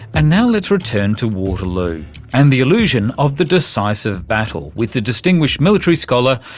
and now let's return to waterloo and the illusion of the decisive battle with the distinguished military scholar,